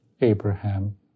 Abraham